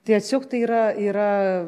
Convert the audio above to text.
tiesiog tai yra yra